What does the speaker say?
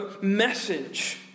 message